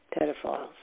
pedophiles